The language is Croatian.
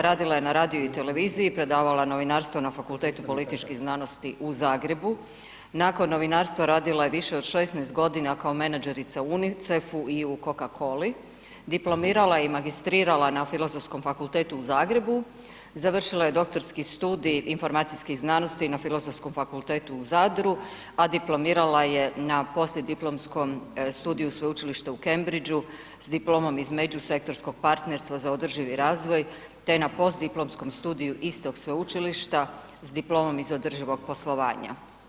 Radila je na radiju i televiziji, predavala novinarstvo na Fakultetu političkih znanosti u Zagrebu, nakon novinarstva radila je više od 16 godina kao menadžerica u UNICER-u i u Coca coli, diplomirala je i magistrirala na Filozofskom fakultetu u Zagrebu, završila je doktorski studij informacijskih znanosti na Filozofskom fakultetu u Zadru, a diplomirala je na poslijediplomskom studiju Sveučilišta u Cambridgu s diplomom iz međusektorskog partnerstva za održivi razvoj te na postdiplomskom studiju istog sveučilišta s diplomom iz održivog poslovanja.